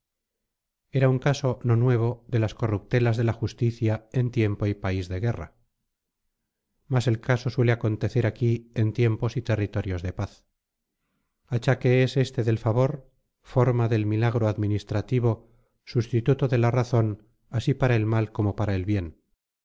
era un caso no nuevo de las corruptelas de la justicia en tiempo y país de guerra mas el caso suele acontecer aquí en tiempos y territorios de paz achaque es este del favor forma del milagro administrativo sustituto de la razón así para el mal como para el bien